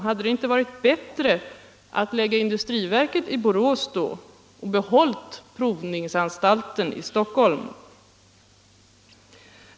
Hade det då inte varit bättre att förlägga industriverket till Borås och behålla provningsanstalten i Stockholm?